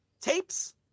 tapes